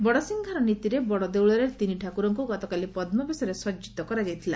ବଡସିଂହାର ନୀତିରେ ବଡଦେଉଳରେ ତିନି ଠାକୁରଙ୍କୁ ଗତକାଲି ପଦ୍ମବେଶରେ ସଜିତ କରାଯାଇଥିଲା